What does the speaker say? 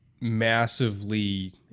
massively